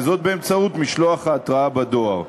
וזאת באמצעות משלוח ההתראה בדואר.